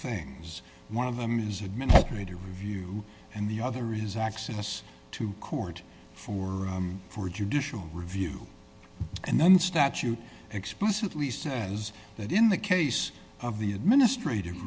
things one of them is administrative review and the other is access to court for for judicial review and then statute explicitly says that in the case of the administrative